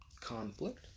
conflict